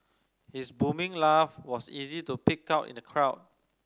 his booming laugh was easy to pick out in the crowd